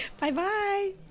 Bye-bye